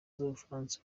z’ubufaransa